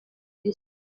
isi